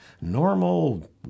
normal